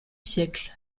siècle